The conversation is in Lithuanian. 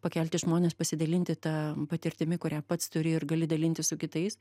pakelti žmones pasidalinti ta patirtimi kurią pats turi ir gali dalintis su kitais